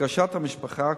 לבקשת המשפחה,